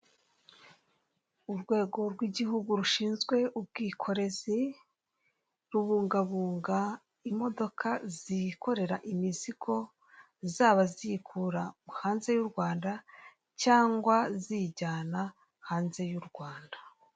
Urwego rw'igihugu rushinzwe ubwikorezi rubungabunga imodoka zikorera imizigo zaba ziyikura hanze y'u Rwanda cyangwa ziyiyana hanze y'u Rwanda.